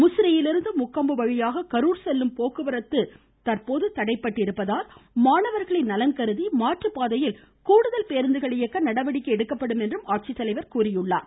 முசிறியிலிருந்து முக்கொம்பு வழியே கரூர் செல்லும் போக்குவரத்து தடைபட்டிருப்பதால் மாணவர்களின் நலன் கருதி மாற்றுப்பாதையில் கூடுதல் பேருந்துகள் இயக்க நடவடிக்கை எடுக்கப்படும் என்றும் அவர் கூறினார்